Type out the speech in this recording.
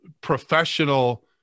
professional